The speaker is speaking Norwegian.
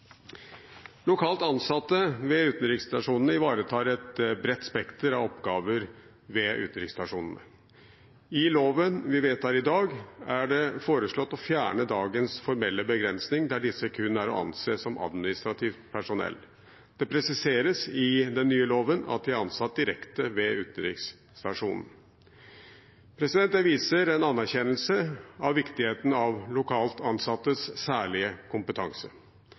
Lokalt ansatte ved utenriksstasjonene ivaretar et bredt spekter av oppgaver ved utenriksstasjonene. I loven vi vedtar i dag, er det foreslått å fjerne dagens formelle begrensning der disse kun er å anse som administrativt personell. Det presiseres i den nye loven at de er ansatt direkte ved utenriksstasjonene. Det viser en anerkjennelse av viktigheten av lokalt ansattes særlige kompetanse.